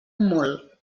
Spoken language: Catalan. molt